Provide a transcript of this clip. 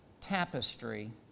tapestry